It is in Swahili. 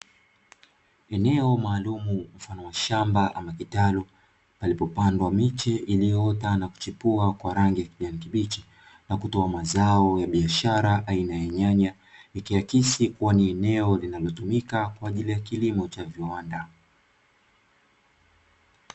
Eneo maalumu mfano wa shamba ama kitalu palipopandwa miche iliyoota na kuchipia kwa rangi ya kijani kibichi, na kutoa mazao ya biashara aina ya Nyanya, ikiakisi kuwa ni eneo linalotumika kwa ajili ya kilimo cha viwanda.